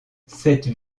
cette